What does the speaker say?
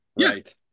Right